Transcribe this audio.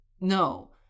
no